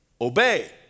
obey